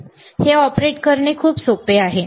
हे ऑपरेट करणे खूप सोपे आहे तेच मी तुम्हाला दाखवत आहे